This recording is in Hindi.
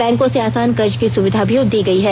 बैंकों से आसान कर्ज की सुविधा भी दी गई है